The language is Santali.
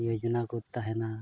ᱡᱳᱡᱚᱱᱟ ᱠᱚ ᱛᱟᱦᱮᱱᱟ